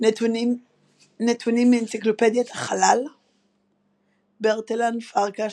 נתונים מאנציקלפדיית החלל ברטלן פרקש,